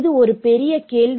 அது ஒரு பெரிய கேள்வி